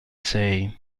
sei